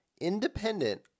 independent